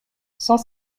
cent